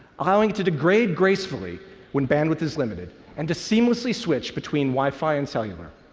allowing it to degrade gracefully when bandwidth is limited and to seamlessly switch between wifi and cellar.